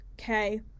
Okay